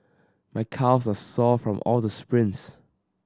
my calves are sore from all the sprints